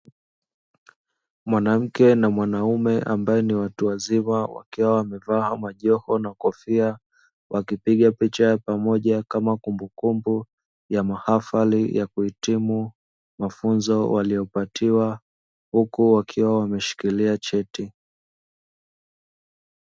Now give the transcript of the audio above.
Mwanamke na mwanaume ambao ni watu wazima wakiwa wamevaa majoho na kofia, wakipiga picha ya pamoja kama kumbukumbu ya mahafali ya kuhitimu mafunzo waliyopatiwa huku wakiwa wameshikilia cheti.